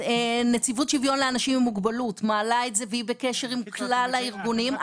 נציבות שוויון לאנשים עם מוגבלות מעלה את זה והיא בקשר עם כלל הארגונים.